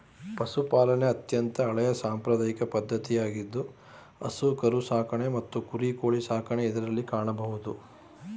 ಪಶುಪಾಲನೆ ಅತ್ಯಂತ ಹಳೆಯ ಸಾಂಪ್ರದಾಯಿಕ ಪದ್ಧತಿಯಾಗಿದ್ದು ಹಸು ಕರು ಸಾಕಣೆ ಕುರಿ, ಕೋಳಿ ಸಾಕಣೆ ಇದರಲ್ಲಿ ಕಾಣಬೋದು